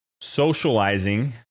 socializing